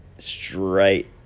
straight